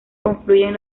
confluyen